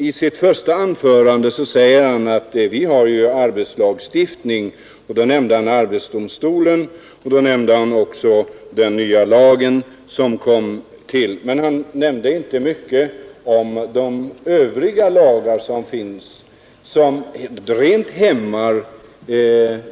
I sitt första anförande sade han att vi har en arbetslagstiftning, och han nämnde arbetsdomstolen och den nya lagen om anställningsskydd för äldre, men han nämnde inte mycket om de övriga lagar som finns och som hindrar